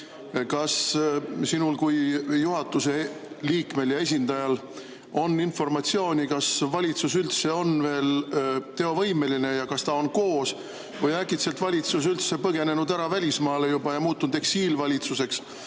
Kas sinul kui juhatuse liikmel ja esindajal on informatsiooni, kas valitsus üldse on veel teovõimeline ja kas ta on koos? Või äkitselt on valitsus üldse põgenenud ära välismaale ja juba muutunud eksiilvalitsuseks?